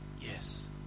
yes